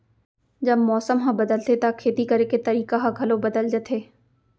जब मौसम ह बदलथे त खेती करे के तरीका ह घलो बदल जथे?